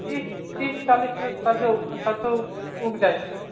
तीस चालीसमे सरिसो सरिसो उगि जाइत छै